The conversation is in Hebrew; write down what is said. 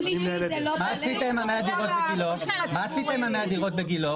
--- מה עשיתם עם 100 דירות בגילה?